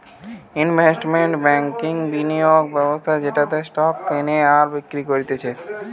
investment ব্যাংকিংবিনিয়োগ ব্যবস্থা যেটাতে স্টক কেনে আর বিক্রি করতিছে